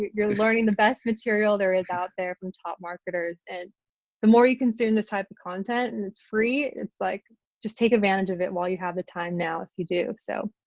you're learning the best material there is out there from top marketers and the more you consume this type of content and it's free, it's like just take advantage of it while you have the time now if you do. so